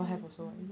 mm mm